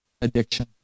addiction